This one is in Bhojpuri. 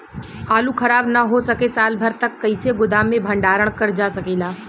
आलू खराब न हो सके साल भर तक कइसे गोदाम मे भण्डारण कर जा सकेला?